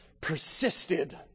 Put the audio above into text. persisted